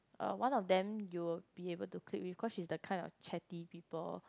uh one of them you'll be able to click with cause she's the kind of chatty people